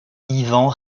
ivan